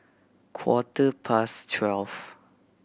quarter past twelve